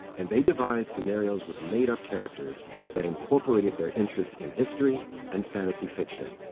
and they devised scenarios with made-up characters that incorporated their interest in history and fantasy fiction.